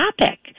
topic